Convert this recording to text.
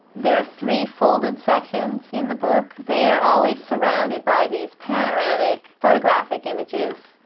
there are three folded sections in the book. they are always surrounded by these panoramic photographic images.